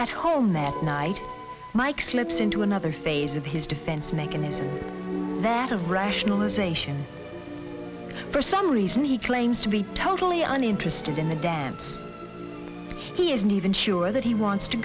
at home at night mike slips into another phase of his defense mechanism that of rationalization for some reason he claims to be totally uninterested in the dems he isn't even sure that he wants to